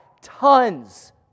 tons